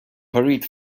buried